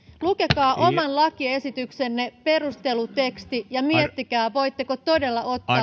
lukekaa oman lakiesityksenne perusteluteksti ja miettikää voitteko todella ottaa